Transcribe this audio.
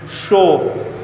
show